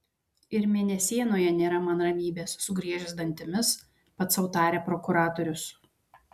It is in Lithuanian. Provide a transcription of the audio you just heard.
ir mėnesienoje nėra man ramybės sugriežęs dantimis pats sau tarė prokuratorius